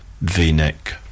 V-neck